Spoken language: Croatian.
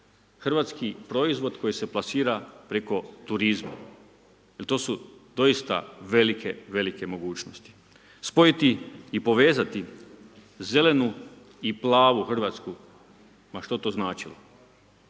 Hrvatski proizvod koji se plasira preko turizma jer to su doista velike, velike mogućnosti. Spojiti i povezati zelenu i plavu Hrvatsku ma što to značilo.